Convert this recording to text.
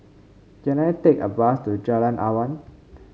can I take a bus to Jalan Awan